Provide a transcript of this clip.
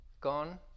gone